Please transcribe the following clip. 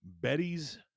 Betty's